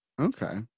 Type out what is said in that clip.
Okay